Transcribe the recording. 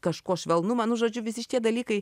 kažko švelnumą nu žodžiu visi šitie dalykai